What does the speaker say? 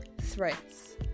threats